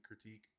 critique